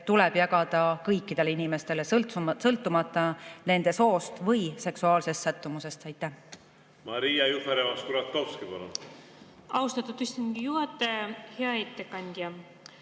tuleb jagada kõikidele inimestele, sõltumata nende soost või seksuaalsest sättumusest. Ma